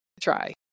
try